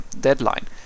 deadline